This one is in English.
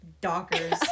dockers